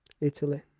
Italy